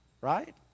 right